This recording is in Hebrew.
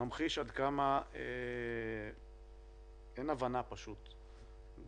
ממחיש עד כמה אין הבנה פשוט באוצר,